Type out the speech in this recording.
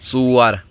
ژور